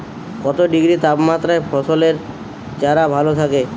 কত ডিগ্রি তাপমাত্রায় ফসলের চারা ভালো থাকে?